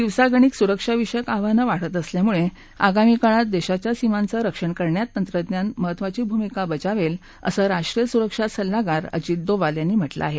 दिवसागणिक सुरक्षा विषयक आव्हानं वाढत असल्यामुळे आगामी काळात देशाच्या सीमांचं रक्षण करण्यात तंत्रज्ञान महत्त्वाची भूमिका बजावेल असं राष्ट्रीय सुरक्षा सल्लागार अजित डोवाल यांनी म्हटलं आहे